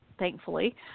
thankfully